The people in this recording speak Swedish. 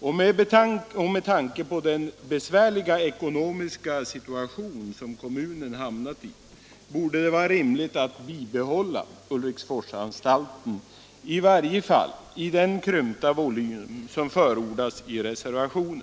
och med hänsyn till den besvärliga ekonomiska situation som kommunen har hamnat i borde det vara rimligt att behålla Ulriksforsanstalten, i varje fall i den krympta volym som förordas i reservationen.